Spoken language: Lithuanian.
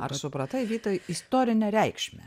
ar supratai vytai istorinę reikšmę